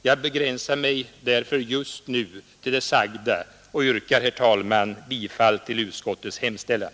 Jag begränsar mig därför just nu till det sagda och yrkar, herr talman, bifall till utskottets hemställan